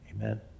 Amen